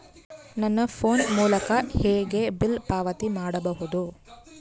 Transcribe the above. ನನ್ನ ಫೋನ್ ಮೂಲಕ ಹೇಗೆ ಬಿಲ್ ಪಾವತಿ ಮಾಡಬಹುದು?